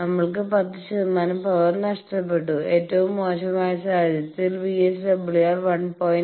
നമ്മൾക്ക് 10 ശതമാനം പവർ നഷ്ടപ്പെട്ടു ഏറ്റവും മോശമായ സാഹചര്യത്തിൽ VSWR 1